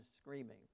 screaming